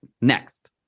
next